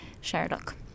Sherlock